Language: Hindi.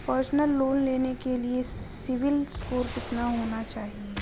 पर्सनल लोंन लेने के लिए सिबिल स्कोर कितना होना चाहिए?